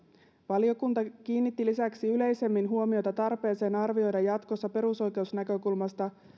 valiokunta kiinnitti lisäksi yleisemmin huomiota tarpeeseen arvioida jatkossa perusoikeusnäkökulmasta